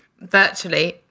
virtually